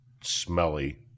smelly